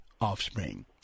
offspring